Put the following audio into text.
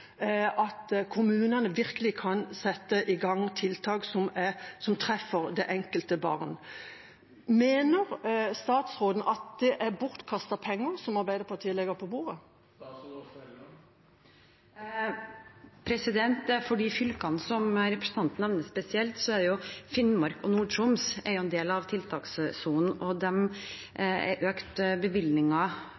at kommunene virkelig kan sette i gang tiltak som treffer det enkelte barn. Mener statsråden at det er bortkastede penger Arbeiderpartiet legger på bordet? De områdene som representanten nevner spesielt, Finnmark og Nord-Troms, er en del av tiltakssonen og